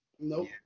Nope